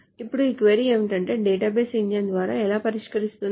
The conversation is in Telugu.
ఇప్పుడు క్వరీ ఏమిటంటే డేటాబేస్ ఇంజిన్ దాన్ని ఎలా పరిష్కరిస్తుంది